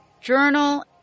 Journal